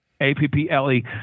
A-P-P-L-E